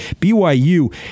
BYU